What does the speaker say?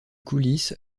coulisse